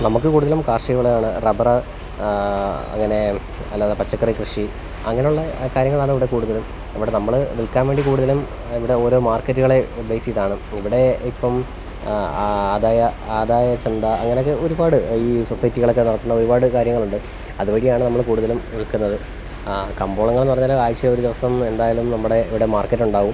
നമുക്ക് കൂടുതലും കാർഷിക വിളകൾ റബ്ബർ അങ്ങനെ അല്ലാതെ പച്ചക്കറി കൃഷി അങ്ങനെയുള്ള കാര്യങ്ങളാണ് ഇവിടെ കൂടുതലും ഇവിടെ നമ്മൾ വിൽക്കാൻ വേണ്ടി കൂടുതലും ഇവിടെ ഓരോ മാർക്കറ്റുകളെ ബേസ് ചെയ്താണ് ഇപ്പം ഇവിടെ ഇപ്പം ആ ആദായ ആദായ ചന്ത അങ്ങനെയൊക്കെ ഒരുപാട് ഈ സൊസൈറ്റികളൊക്കെ നടത്തുന്ന ഒരുപാട് കാര്യങ്ങളുണ്ട് അതു വഴിയാണ് നമ്മൾ കൂടുതലും വിൽക്കുന്നത് ആ കമ്പോളങ്ങൾ എന്ന് പറഞ്ഞാൽ ആഴ്ച്ച ഒരു ദിവസം എന്തായാലും നമ്മുടെ ഇവിടെ മാർക്കറ്റ് ഉണ്ടാവും